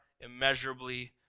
immeasurably